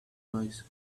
noise